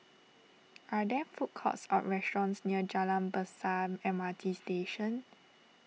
are there food courts or restaurants near Jalan Besar M R T Station